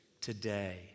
today